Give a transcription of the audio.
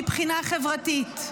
מבחינה חברתית,